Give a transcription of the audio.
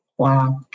Wow